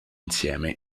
insieme